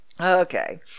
Okay